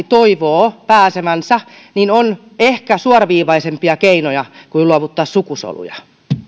toivoo pääsevänsä on ehkä suoraviivaisempia keinoja kuin luovuttaa sukusoluja